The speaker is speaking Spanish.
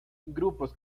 grupos